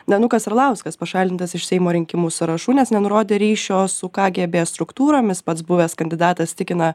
danukas arlauskas pašalintas iš seimo rinkimų sąrašų nes nenurodė ryšio su kgb struktūromis pats buvęs kandidatas tikina